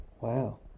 Wow